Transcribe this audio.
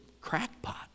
crackpot